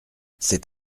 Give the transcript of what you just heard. c’est